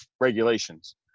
regulations